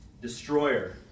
destroyer